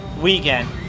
weekend